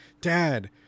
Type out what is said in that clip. Dad